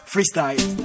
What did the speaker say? Freestyle